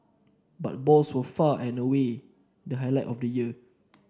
but balls were far and away the highlight of the year